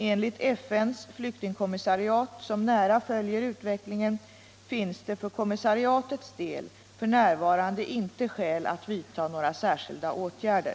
Enligt FN:s flyktingkommissariat - som nära följer utvecklingen — finns det för kommissariatets del f. n, inte skäl att vidta några särskilda åtgärder.